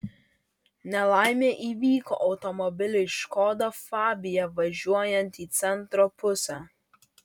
nelaimė įvyko automobiliui škoda fabia važiuojant į centro pusę